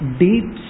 deep